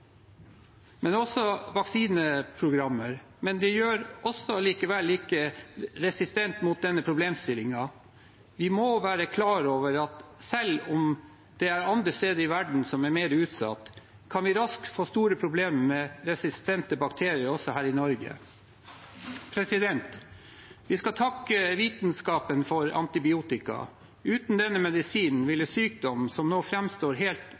men også ved vaksinasjonsprogrammer. Det gjør oss likevel ikke resistente mot denne problemstillingen. Vi må være klar over at selv om man andre steder i verden er mer utsatt, kan vi raskt få store problemer med resistente bakterier også i Norge. Vi skal takke vitenskapen for antibiotika. Uten denne medisinen ville sykdommer som nå framstår helt